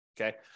Okay